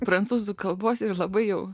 prancūzų kalbos ir labai jau